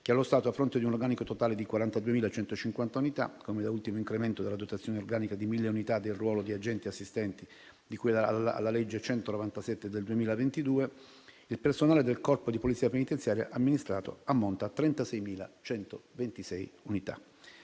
che, allo stato, a fronte di un organico totale di 42.150 unità, come da ultimo incremento della dotazione organica di 1.000 unità del ruolo di agenti-assistenti di cui alla legge n. 197 del 2022, il personale del Corpo di polizia penitenziaria amministrato ammonta a 36.126 unità.